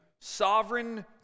sovereign